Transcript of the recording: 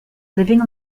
living